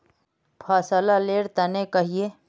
फसल लेर तने कहिए?